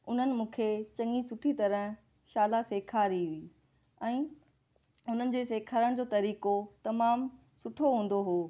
उन्हनि मूंखे चङी सुठी तरह शाला सिखारी हुई ऐं उन्हनि जे सेखारण जो तरीक़ो ॾाढो सुठो हूंदो हुओ